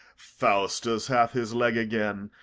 faustus hath his leg again,